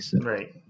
Right